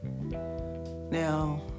now